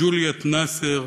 ג'ולייט נסר,